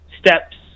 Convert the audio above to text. steps